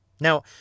Now